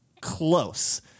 close